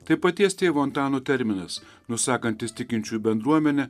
tai paties tėvo antano terminas nusakantis tikinčiųjų bendruomenę